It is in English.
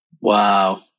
Wow